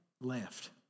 left